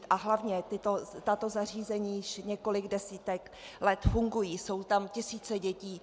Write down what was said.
A hlavně, tato zařízení již několik desítek let fungují, jsou tam tisíce dětí.